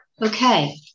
Okay